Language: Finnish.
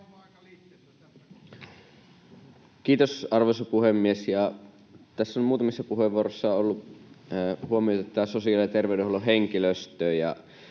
Kiitos, arvoisa puhemies! Tässä on muutamissa puheenvuoroissa huomioitu sosiaali- ja terveydenhuollon henkilöstö.